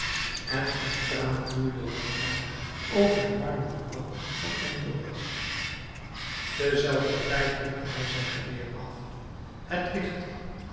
en een traan vloeide langzaam over de marmeren wang van enjolras terzelfder tijd drukte hij zijn geweer af het lichtte